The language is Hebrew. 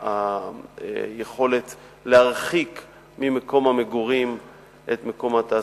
היכולת להרחיק ממקום המגורים את מקום התעסוקה,